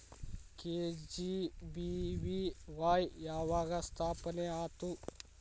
KGBVY ಯಾವಾಗ ಸ್ಥಾಪನೆ ಆತು?